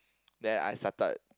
then I started